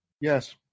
Yes